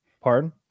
pardon